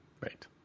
right